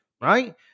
right